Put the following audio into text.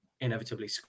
inevitably